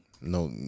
no